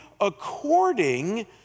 according